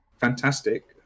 Fantastic